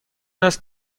است